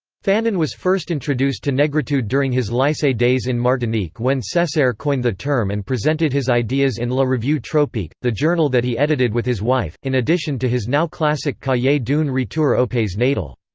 fanon was first introduced to negritude during his lycee days in martinique when cesaire coined the term and presented his ideas in la revue tropique, the journal that he edited with his wife, in addition to his now classic cahier d'un retour au pays natal.